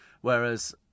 Whereas